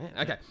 Okay